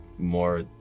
more